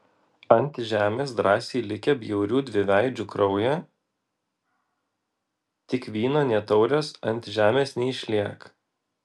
ant žemės drąsiai likę bjaurių dviveidžių kraują tik vyno nė taurės ant žemės neišliek